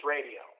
Radio